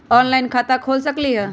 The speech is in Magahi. ऑनलाइन खाता खोल सकलीह?